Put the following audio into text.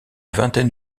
vingtaine